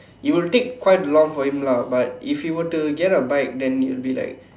it will take quite long for him lah but if he were to get a bike it will like